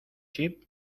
chip